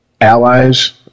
allies